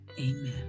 amen